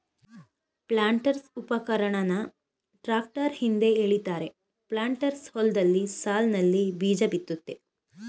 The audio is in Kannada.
ಪ್ಲಾಂಟರ್ಸ್ಉಪಕರಣನ ಟ್ರಾಕ್ಟರ್ ಹಿಂದೆ ಎಳಿತಾರೆ ಪ್ಲಾಂಟರ್ಸ್ ಹೊಲ್ದಲ್ಲಿ ಸಾಲ್ನಲ್ಲಿ ಬೀಜಬಿತ್ತುತ್ತೆ